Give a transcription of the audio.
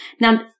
Now